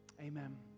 Amen